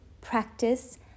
practice